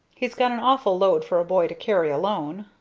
he's got an awful load for a boy to carry alone.